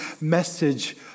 message